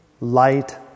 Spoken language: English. light